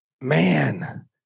man